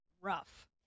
rough